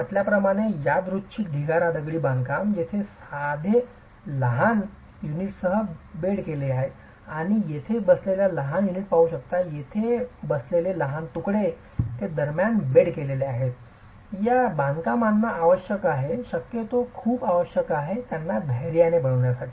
मी म्हटल्याप्रमाणे यादृच्छिक ढिगारा दगडी बांधकाम जेथे जॉइन्ट्स लहान युनिटसह वेड केलेले आहेत आपण येथे बसलेले लहान युनिट पाहू शकता येथे बसलेले लहान तुकडे ते दरम्यान वेड केलेले आहेत या बांधकामांना आवश्यक आहे शक्यतो खूप आवश्यक आहे त्यांना धैर्याने बनवण्यासाठी